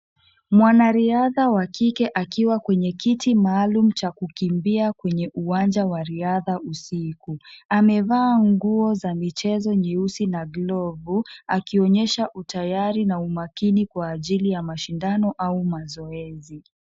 Mwanariadha wa kike akiwa kwenye kiti maalum cha kukimbia kwenye uwanja wa riadha usiku. Amevaa nguo za michezo nyeusi na glovu akionyesha utayari na umakini kwa ajili ya mashindano au mazoezi.